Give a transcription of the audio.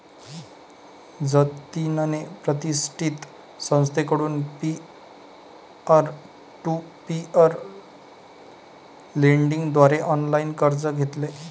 जतिनने प्रतिष्ठित संस्थेकडून पीअर टू पीअर लेंडिंग द्वारे ऑनलाइन कर्ज घेतले